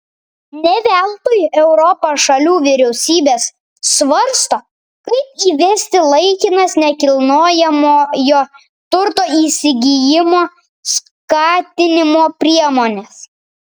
ne veltui europos šalių vyriausybės svarsto kaip įvesti laikinas nekilnojamojo turto įsigijimo skatinimo priemones